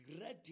ready